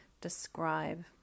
Describe